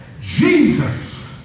Jesus